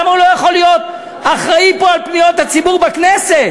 למה הוא לא יכול להיות אחראי פה לפניות הציבור בכנסת?